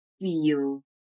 feel